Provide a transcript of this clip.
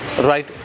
right